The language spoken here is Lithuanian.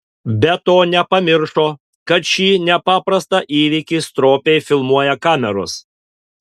be to nepamiršo kad šį nepaprastą įvykį stropiai filmuoja kameros